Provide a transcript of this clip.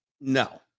No